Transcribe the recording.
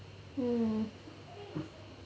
hmm